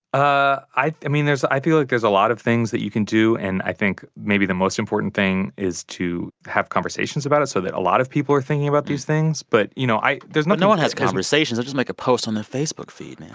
ah i mean, there's i feel like there's a lot of things that you can do. and i think maybe the most important thing is to have conversations about it so that a lot of people are thinking about these things. but, you know, i there's. no no one has conversations. they just make a post on their facebook feed,